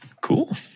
Cool